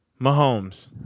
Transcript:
Mahomes